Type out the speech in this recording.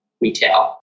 retail